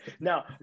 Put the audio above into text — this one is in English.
Now